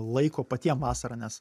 laiko patiem vasarą nes